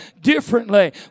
differently